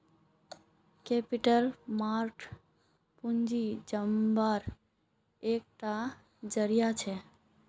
capital market पूँजी जुत्वार एक टा ज़रिया छे